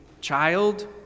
child